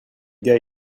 gars